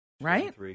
right